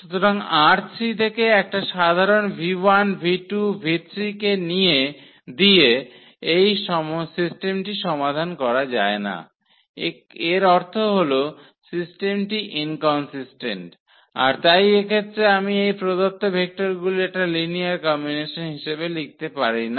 সুতরাং ℝ3 থেকে একটা সাধারন কে দিয়ে এই সিস্টেমটি সমাধান করা যায় না এর অর্থ হল সিস্টেমটি ইনকনসিস্টেন্ট আর তাই এক্ষেত্রে আমি এই প্রদত্ত ভেক্টর গুলির একটা লিনিয়ার কম্বিনেশন হিসাবে লিখতে পারিনা